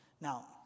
Now